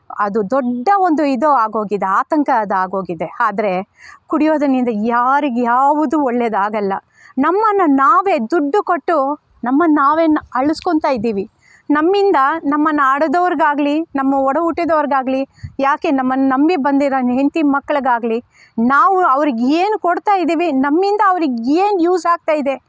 ಅದು ದೊಡ್ಡ ಒಂದು ಇದು ಆಗೋಗಿದೆ ಆತಂಕ ಅದು ಆಗೋಗಿದೆ ಆದ್ರೆ ಕುಡಿಯೋದರಿಂದ ಯಾರಿಗೂ ಯಾವುದು ಒಳ್ಳೇದು ಆಗಲ್ಲ ನಮ್ಮನ್ನು ನಾವೇ ದುಡ್ಡು ಕೊಟ್ಟು ನಮ್ಮನ್ನ ನಾವೇ ಅಳುಸ್ಕೊತಾ ಇದ್ದೀವಿ ನಮ್ಮಿಂದ ನಮ್ಮನ್ನು ಹಡೆದವ್ರಿಗಾಗ್ಲಿ ನಮ್ಮ ಒಡ ಹುಟ್ಟಿದವ್ರಿಗಾಗ್ಲಿ ಯಾಕೆ ನಮ್ಮನ್ನು ನಂಬಿ ಬಂದಿರೋ ಹೆಂಡ್ತಿ ಮಕ್ಕಳಿಗಾಗ್ಲಿ ನಾವು ಅವ್ರಿಗೆ ಏನು ಕೊಡ್ತಾ ಇದ್ದೀವಿ ನಮ್ಮಿಂದ ಅವ್ರಿಗೆ ಏನು ಯೂಸ್ ಆಗ್ತಾಯಿದೆ